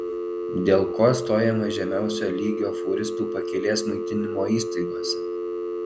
dėl ko stojama žemiausio lygio fūristų pakelės maitinimo įstaigose